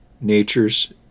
Nature's